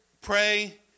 Pray